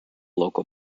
local